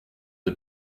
des